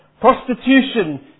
Prostitution